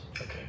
Okay